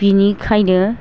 बेनिखायनो